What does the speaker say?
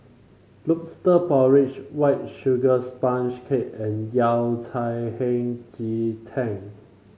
lobster porridge White Sugar Sponge Cake and Yao Cai Hei Ji Tang